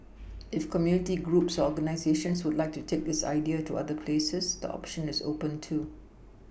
if community groups or organisations would like to take this idea to other places the option is open too